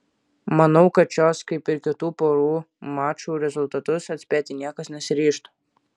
manau kad šios kaip ir kitų porų mačų rezultatus atspėti niekas nesiryžtų